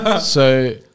So-